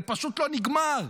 זה פשוט לא נגמר.